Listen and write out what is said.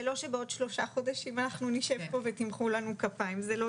זה לא שבעוד שלושה חודשים אנחנו נשב פה ותמחאו לנו כפיים.